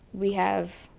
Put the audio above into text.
we have,